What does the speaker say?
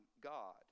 God